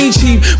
cheap